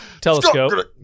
Telescope